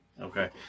Okay